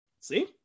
See